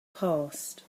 passed